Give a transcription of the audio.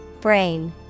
Brain